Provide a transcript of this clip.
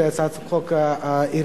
הצעת חוק העיריות,